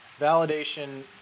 Validation